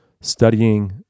studying